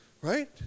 right